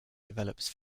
develops